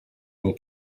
will